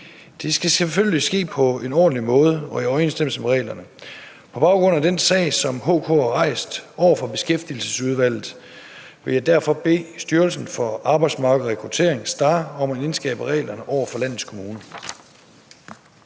Det skal selvfølgelig ske på en ordentlig måde og i overensstemmelse med reglerne. På baggrund af den sag, som HK har rejst over for Beskæftigelsesudvalget, vil jeg derfor bede Styrelsen for Arbejdsmarked og Rekruttering, STAR, om at indskærpe reglerne over for landets kommuner.